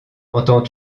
entends